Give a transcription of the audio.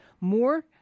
more